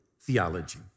theology